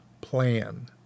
plan